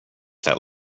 that